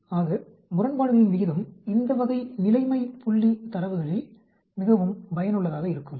ஆக முரண்பாடுகளின் விகிதம் இந்த வகை நிலைமை புள்ளி தரவுகளில் மிகவும் பயனுள்ளதாக இருக்கும்